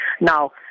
Now